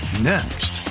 next